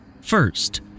First